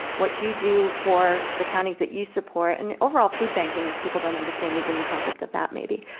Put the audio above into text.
what you do for the counties that you support, and overall food banking, if people don't understand even the concept of that maybe.